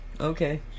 Okay